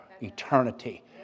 eternity